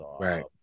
Right